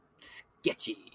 sketchy